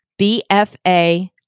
BFA